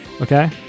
okay